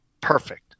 Perfect